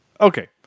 Okay